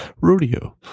rodeo